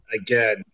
again